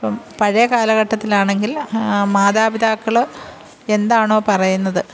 ഇപ്പം പഴയ കാലഘട്ടത്തിലാണെങ്കില് മാതാപിതാക്കൾ എന്താണോ പറയുന്നത്